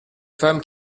femmes